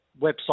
website